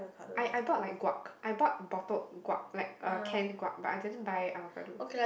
I I bought like guac I bought bottled guac like uh canned guac but I didn't buy avocado